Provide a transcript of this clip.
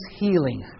healing